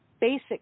basic